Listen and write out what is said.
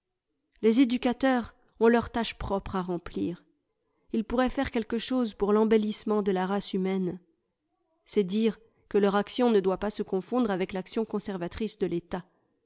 les éducateurs ont leur tâche propre à remplir ils pourraient faire quelque chose pour l'embellissement de la race humaine c'est dire que leur action ne doit pas se confondre avec l'action conservatrice de l'etat